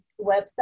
website